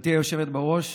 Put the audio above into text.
גברתי היושבת בראש,